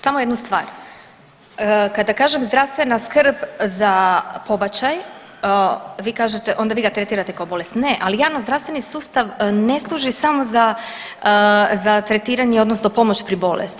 Samo jednu stvar, kada kažem zdravstvena skrb za pobačaj vi kažete onda vi ga tretirate kao bolest, ne, ali javni zdravstveni sustav ne služi samo za tretiranje odnosno pomoć pri bolesti.